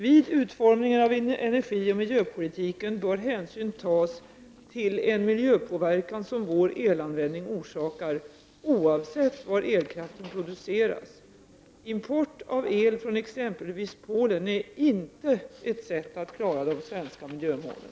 Vid utformningen av energioch miljöpolitiken bör hänsyn tas till en miljöpåverkan som vår elanvändning orsakar, oavsett var elkraften produceras. Import av el från exempelvis Polen är inte ett sätt att klara de svenska miljömålen.